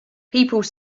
people